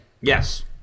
Yes